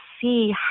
see